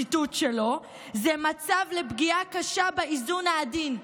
ציטוט שלו: זה מצב לפגיעה קשה באיזון העדין.